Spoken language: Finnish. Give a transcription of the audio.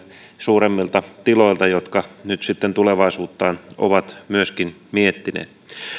suuremmilta tiloilta jotka nyt sitten tulevaisuuttaan ovat myöskin miettineet